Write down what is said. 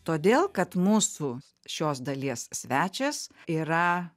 todėl kad mūsų šios dalies svečias yra